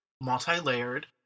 multi-layered